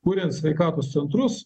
kuriant sveikatos centrus